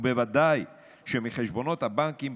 ובוודאי שמחשבונות הבנקים,